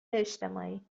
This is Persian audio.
اجتماعی